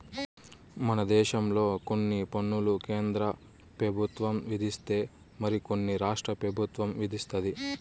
మన దేశంలో కొన్ని పన్నులు కేంద్ర పెబుత్వం విధిస్తే మరి కొన్ని రాష్ట్ర పెబుత్వం విదిస్తది